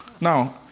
Now